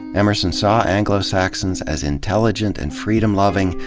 emerson saw ang lo-saxons as intelligent and freedom-loving,